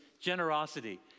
generosity